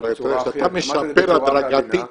כשאתה משפר הדרגתית